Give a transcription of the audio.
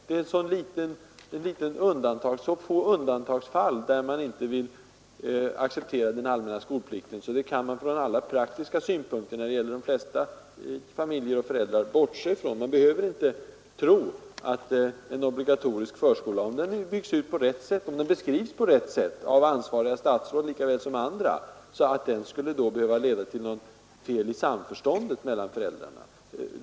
Det är i så få undantagsfall som man inte vill acceptera den allmänna skolplikten, att dem kan man från alla praktiska synpunkter bortse från. Man behöver inte tro att en obligatorisk förskola, om den byggs upp och beskrivs på rätt sätt av ansvariga statsråd lika väl som av andra, skulle behöva leda till något bristande samförstånd mellan samhället och föräldrarna.